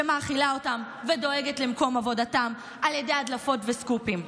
שמאכילה אותם ודואגת למקום עבודתם על ידי הדלפות וסקופים.